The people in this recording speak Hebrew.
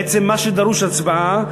בעצם מה שדורש הצבעה,